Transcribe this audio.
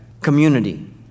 community